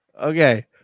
okay